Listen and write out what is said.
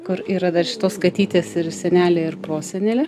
kur yra dar šitos katytės ir seneliai ir prosenelė